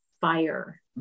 fire